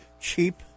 cheap